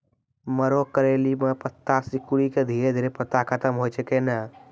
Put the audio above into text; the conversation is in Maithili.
मरो करैली म पत्ता सिकुड़ी के धीरे धीरे पत्ता खत्म होय छै कैनै?